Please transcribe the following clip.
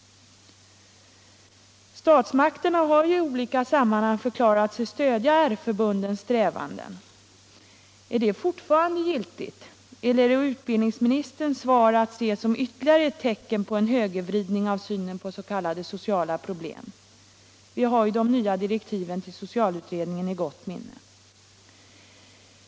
Statsmakterna har ju i olika sammanhang förklarat sig stödja R-förbundens strävanden. Är detta fortfarande giltigt, eller är utbildningsministerns svar att se som ytterligare tecken på en högervridning av synen på s.k. sociala problem? Vi har ju de nya direktiven till socialutredningen i gott minne.